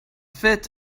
fit